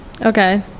Okay